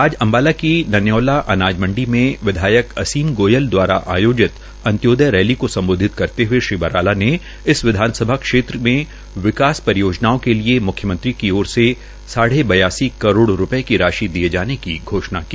आज अम्बाला की नन्यौला अनाज मंडी में विधायक असीम गोयल दवाराआयोजित अंत्योदय रैली को सम्बोधित करते हए श्री बराला ने इस विधानसभा क्षेत्र में विकास परियोजनाओं के लिए मुख्यमंत्री की ओर से साढ़े बयासी करोड़ रूपये की राशि दिये जाने की घोषणा की